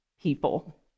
people